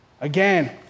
Again